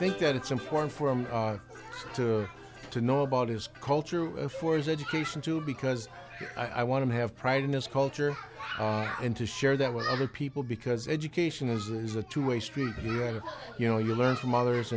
i think that it's important for him to know about his culture for his education too because i want to have pride in his culture and to share that with other people because education is a two way street you know you learn from others